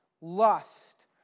lust